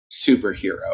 superhero